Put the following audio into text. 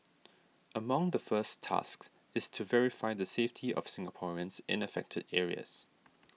among the first tasks is to verify the safety of Singaporeans in affected areas